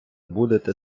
будете